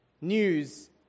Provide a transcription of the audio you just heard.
news